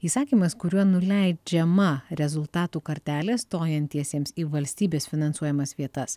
įsakymas kuriuo nuleidžiama rezultatų kartelė stojantiesiems į valstybės finansuojamas vietas